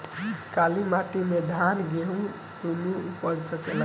काली माटी मे धान और गेंहू दुनो उपज सकेला?